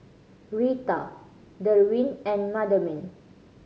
Rita Derwin and Madeline